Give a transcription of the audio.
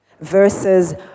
versus